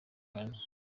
cane